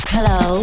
Hello